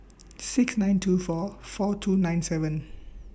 six nine two four four two nine seven